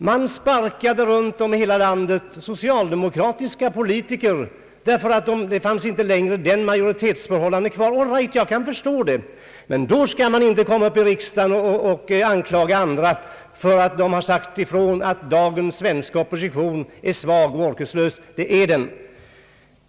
Runt om i hela landet sparkade oppositionen ut socialdemokratiska politiker från olika valda förtroendeposter därför att socialdemokraterna inte längre hade majoritet. All right, jag kan förstå det. Men då skall man inte i riksdagen anklaga oss för att vi säger att dagens svenska opposition är svag och orkeslös. Det är den nämligen.